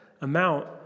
amount